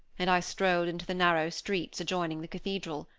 and i strolled into the narrow streets adjoining the cathedral.